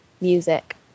music